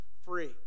free